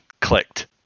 clicked